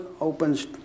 opens